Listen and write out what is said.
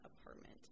apartment